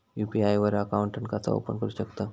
UPI वर account कसा open करू शकतव?